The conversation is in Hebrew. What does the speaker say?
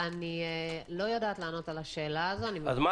אני לא יודעת לענות על השאלה הזו --- אז מה